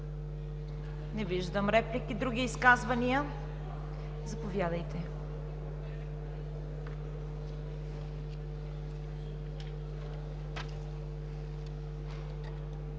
Не виждам реплики. Други изказвания? Заповядайте,